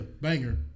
banger